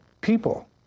people